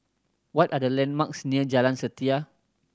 what are the landmarks near Jalan Setia